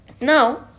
now